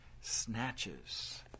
snatches